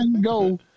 go